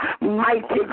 Mighty